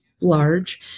large